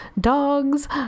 dogs